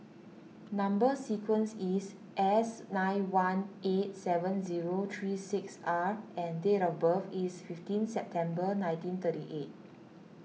Number Sequence is S nine one eight seven zero three six R and date of birth is fifteen September nineteen thirty eight